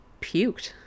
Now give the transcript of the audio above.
puked